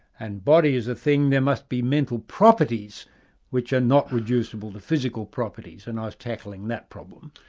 and body as a thing, there must be mental properties which are not reducible to physical properties and i was tackling that problem.